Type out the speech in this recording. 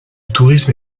tourisme